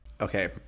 Okay